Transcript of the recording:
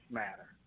matter